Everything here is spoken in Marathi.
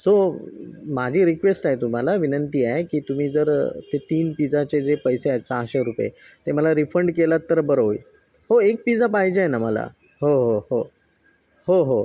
सो माझी रिक्वेस्ट आहे तुम्हाला विनंती आहे की तुम्ही जर ते तीन पिजाचे जे पैसे आहेत सहाशे रुपये ते मला रिफंड केलात तर बरं होईल हो एक पिजा पाहिजे आहे ना मला हो हो हो हो हो